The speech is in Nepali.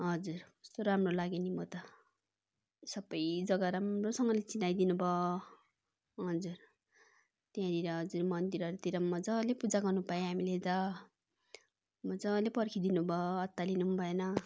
हजुर कस्तो राम्रो लाग्यो नि म त सबै जगा राम्रोसँगले चिनाइदिनु भयो हजुर त्यहाँनिर हजुर मन्दिरहरूतिर मजाले पूजा गर्नु पाएँ हामीले त मजाले पर्खिदिनु भयो अतालिनु भएन